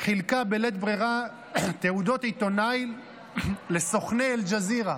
חילקה בלית ברירה תעודות עיתונאי לסוכני אל-ג'זירה,